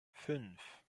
fünf